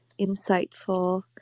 insightful